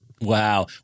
Wow